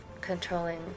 controlling